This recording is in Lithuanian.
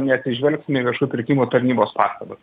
neatsižvelgsim į viešųjų pirkimų tarnybos pastabas